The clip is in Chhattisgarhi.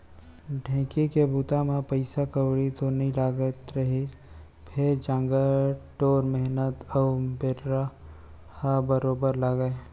ढेंकी के बूता म पइसा कउड़ी तो नइ लागत रहिस फेर जांगर टोर मेहनत अउ बेरा ह बरोबर लागय